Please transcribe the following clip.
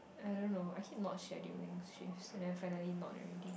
I don't know I keep not scheduling shifts and then finally not already